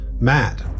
Matt